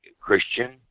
Christian